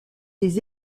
des